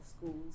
schools